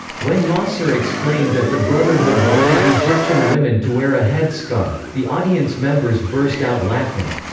when nasser explained that the brotherhood wanted egyptian women to wear a headscarf, the audience members burst out laughing.